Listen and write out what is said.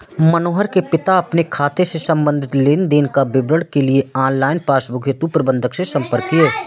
मनोहर के पिताजी अपने खाते से संबंधित लेन देन का विवरण के लिए ऑनलाइन पासबुक हेतु प्रबंधक से संपर्क किए